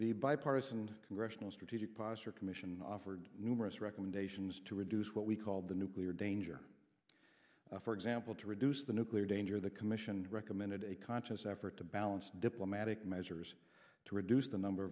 the bipartisan congressional strategic posture commission offered numerous recommendations to reduce what we called the nuclear danger for example to reduce the nuclear danger the commission recommended a conscious effort to balance diplomatic measures to reduce the number